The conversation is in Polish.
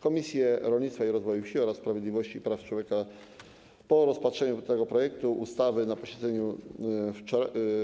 Komisje: Rolnictwa i Rozwoju Wsi oraz Sprawiedliwości i Praw Człowieka po rozpatrzeniu tego projektu ustawy na posiedzeniu